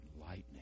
lightning